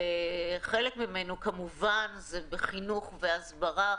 חלק ממנו הוא כמובן בחינוך והסברה,